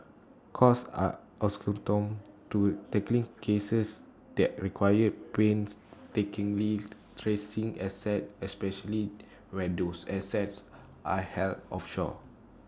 courts are accustomed to tackling cases that require painstakingly tracing assets especially where those assets are held offshore